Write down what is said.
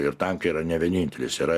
ir tankai yra ne vienintelis yra